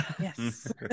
Yes